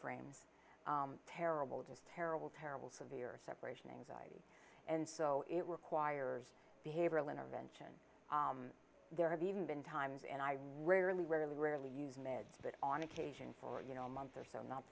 frames terrible just terrible terrible severe separation anxiety and so it requires behavioral intervention there have even been times and i rarely rarely rarely use meds but on occasion for you know a month or so not